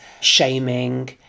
shaming